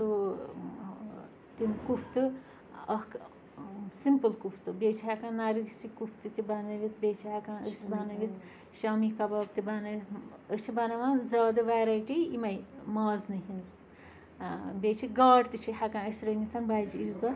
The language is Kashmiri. تہٕ تِم کُفتہٕ اَکھ سِمپٕل کُفتہٕ بیٚیہِ چھِ ہیکان نَرگسی کُفتہِ تہِ بَنٲوِتھ بیٚیہِ چھِ ہیٚکان أسۍ بَنٲوِتھ شامی کَباب تہِ بَنٲیِتھ أسۍ چھِ بَناوان زیادٕ ویرایٹی یِمَے مازنٕے ہِنٛز بیٚیہِ چھِ گاڈٕ تہِ چھِ ہیکان أسۍ رٔنِتھ بَجہِ عیٖذ دۄہ